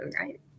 right